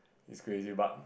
it's crazy but